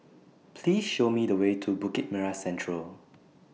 Please Show Me The Way to Bukit Merah Central